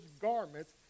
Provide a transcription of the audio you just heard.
garments